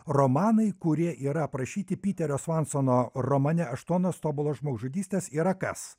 romanai kurie yra aprašyti piterio vatsono romane aštuonios tobulos žmogžudystės yra kas